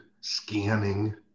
scanning